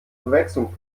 verwechslung